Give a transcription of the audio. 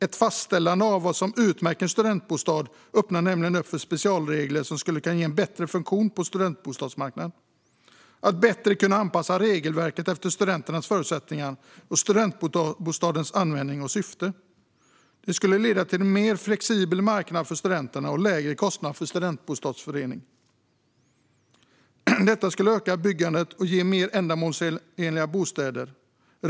Ett fastställande av vad som utmärker en studentbostad öppnar nämligen för specialregler som skulle ge en bättre funktion på studentbostadsmarknaden. Att bättre kunna anpassa regelverket efter studenternas förutsättningar och studentbostadens användning och syfte skulle leda till en mer flexibel marknad för studenterna och lägre kostnader för studentbostadsföretagen. Detta skulle öka byggandet och ge mer ändamålsenliga bostäder.